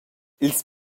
ils